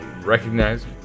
recognize